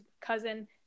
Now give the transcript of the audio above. cousin